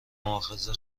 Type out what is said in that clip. مواخذه